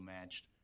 matched